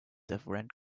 different